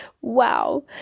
wow